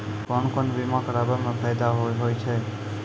कोन कोन बीमा कराबै मे फायदा होय होय छै?